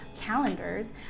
calendars